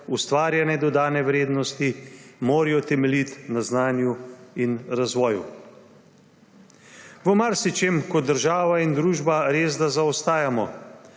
ustvarjanje dodane vrednosti morajo temeljiti na znanju in razvoju. V marsičem kot država in družba resda zaostajamo,